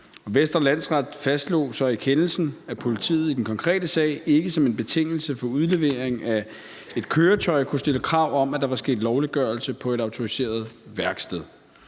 Vestre Landsret fastslog så i kendelsen, at politiet i den konkrete sag ikke som en betingelse for udlevering af et køretøj kunne stille krav om, at der var sket lovliggørelse på et autoriseret værksted.